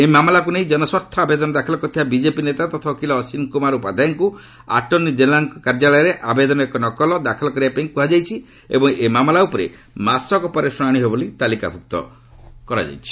ଏହି ମାମଲାକୁ ନେଇ ଜନସ୍ୱାର୍ଥ ଆବେଦନ ଦାଖଲ କରିଥିବା ବିଜେପି ନେତା ତଥା ଓକିଲ ଅଶ୍ୱିନୀ କ୍ରମାର ଉପାଧାୟଙ୍କ ଆଟର୍ଷ୍ଣ ଜେନେରାଲ୍ଙ୍କ କାର୍ଯ୍ୟାଳୟରେ ଆବେଦନର ଏକ ନକଲ ଦାଖଲ କରିବା ପାଇଁ କହିଛନ୍ତି ଏବଂ ଏ ମାମଲା ଉପରେ ମାସକ ପରେ ଶ୍ରଣାଣି ହେବ ବୋଲି ତାଲିକାଭ୍ରକ୍ତ କରାଯାଇଛି